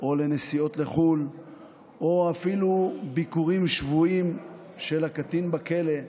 או לנסיעות לחו"ל או אפילו ביקורים שבועיים של הקטין בכלא,